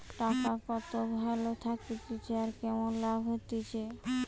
টাকা কত ভালো থাকতিছে আর কেমন লাভ হতিছে